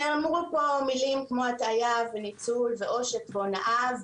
נאמרו פה מילים כמו הטעיה וניצול ועושק והנאה.